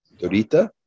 Dorita